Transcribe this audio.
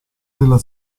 della